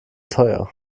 teuer